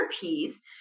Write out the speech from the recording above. piece